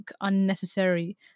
unnecessary